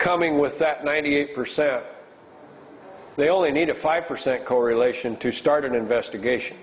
coming with that ninety eight percent they only need a five percent correlation to start an investigation